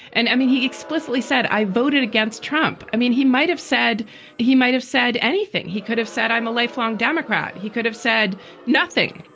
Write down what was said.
and i mean, he explicitly said, i voted against trump. i mean. you might have said he might have said anything, he could have said, i'm a lifelong democrat. he could have said nothing,